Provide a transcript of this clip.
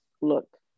look